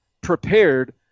prepared